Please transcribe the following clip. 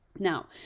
Now